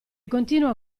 continua